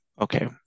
Okay